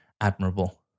admirable